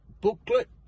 booklet